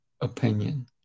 opinion